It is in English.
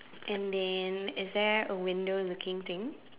and then is there a window looking thing